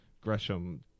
Gresham